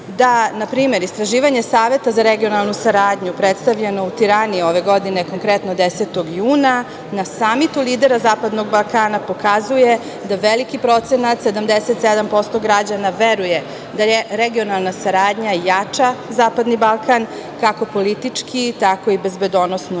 da npr. istraživanje Saveta za regionalnu saradnju predstavljenu u Tirani ove godine, konkretno 10. juna, na Samitu lidera Zapadnog Balkana, pokazuje da veliki procenat, 77% građana, veruje da regionalna saradnja jača Zapadni Balkan, kako politički, tako i bezbednosno